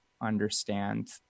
understand